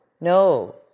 no